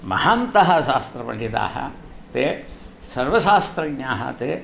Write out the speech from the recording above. महान्तः शास्त्रपण्डितः ते सर्वशास्त्रज्ञः ते